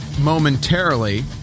momentarily